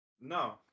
No